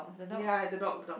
ya the dog the dog